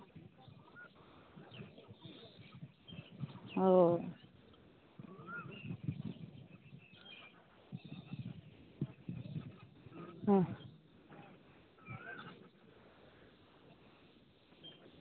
ᱚ ᱦᱮᱸ